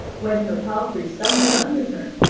when her palfrey stumbled under her,